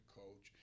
coach